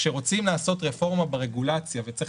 כשרוצים לעשות רפורמה ברגולציה וצריך